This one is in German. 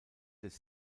des